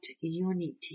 unity